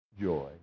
joy